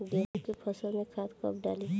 गेहूं के फसल में खाद कब डाली?